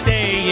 Day